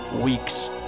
weeks